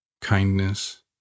kindness